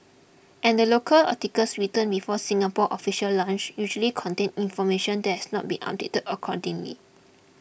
and the local articles written before Singapore's official launch usually contain information that has not been updated accordingly